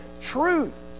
truth